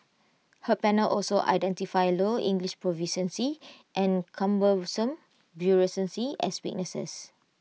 her panel also identified low English proficiency and cumbersome bureaucracy as weaknesses